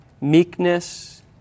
meekness